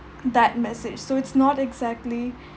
that message so it's not exactly